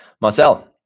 Marcel